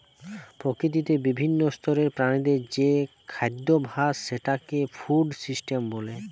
প্রকৃতিতে বিভিন্ন স্তরের প্রাণীদের যে খাদ্যাভাস সেটাকে ফুড সিস্টেম বলে